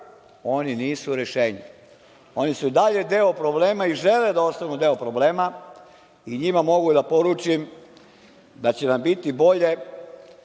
oni nisu rešenje. Oni su i dalje deo problema i žele da ostanu deo problema, i njima mogu da poručim da će nam biti bolje,